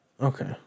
Okay